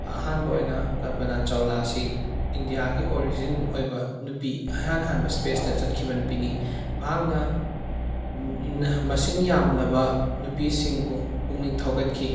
ꯑꯍꯥꯟꯕ ꯑꯣꯏꯅ ꯀꯜꯄꯅꯥ ꯆꯥꯎꯂꯥ ꯑꯁꯤ ꯏꯟꯗꯤꯌꯥꯒꯤ ꯑꯣꯔꯤꯖꯤꯟ ꯑꯣꯏꯕ ꯅꯨꯄꯤ ꯏꯍꯥꯟ ꯍꯥꯟꯕ ꯁ꯭ꯄꯦꯁꯇ ꯆꯠꯈꯤꯕ ꯅꯨꯄꯤꯅꯤ ꯃꯍꯥꯛꯅ ꯃꯁꯤꯡ ꯌꯥꯝꯂꯕ ꯅꯨꯄꯤꯁꯤꯡꯕꯨ ꯄꯨꯛꯅꯤꯡ ꯊꯧꯒꯠꯈꯤ